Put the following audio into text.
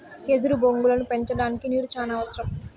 ఎదురు బొంగులను పెంచడానికి నీరు చానా అవసరం